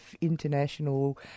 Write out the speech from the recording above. international